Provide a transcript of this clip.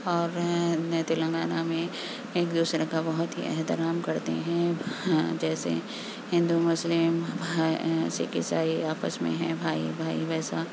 اور تلنگانہ میں ایک دوسرے کا بہت ہی احترام کرتے ہیں ہاں جیسے ہندو مسلم ہیں سکھ عیسائی آپس میں ہیں بھائی بھائی ویسا